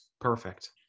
perfect